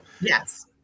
Yes